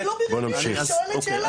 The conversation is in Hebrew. אני לא בריונית, אני שואלת שאלה.